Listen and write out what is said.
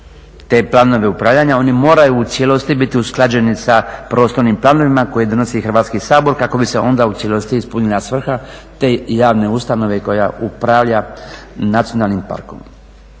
te planove upravljanja, oni moraju u cijelosti biti usklađeni sa prostornim planovima koje donosi Hrvatski sabor kako bi se onda u cijelosti ispunila svrha te javne ustanove koja upravlja nacionalnim parkom.